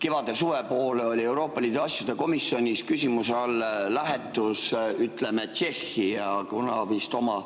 Kevadel, suve poole oli Euroopa Liidu asjade komisjonis küsimuse all lähetus Tšehhi. Ja kuna vist oma